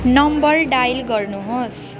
number dial गर्नुहोस्